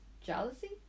Jealousy